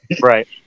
Right